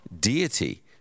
deity